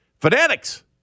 Fanatics